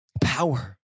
power